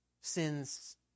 sins